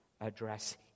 address